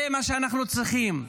זה מה שאנחנו צריכים,